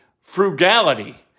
frugality